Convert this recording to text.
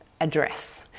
address